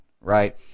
right